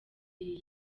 iyi